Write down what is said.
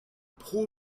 poor